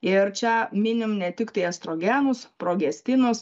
ir čia minim ne tiktai estrogenus progestinus